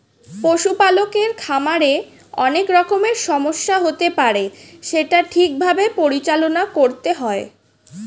পশু পালকের খামারে অনেক রকমের সমস্যা হতে পারে সেটা ঠিক ভাবে পরিচালনা করতে হয়